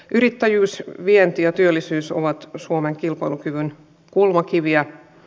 yrittäjyysvienti ja työllisyys ovat suomen kilpailukyvyn kulmakiviä